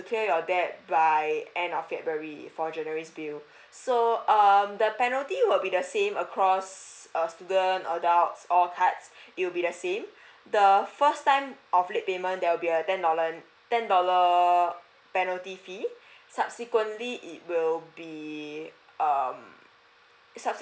pay your debt by end of february for january's bill so um the penalty will be the same across err student adults all cards it will be the same the first time of late payment there will be a ten dollar ten dollar penalty fee subsequently it will be um subsequently